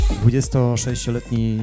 26-letni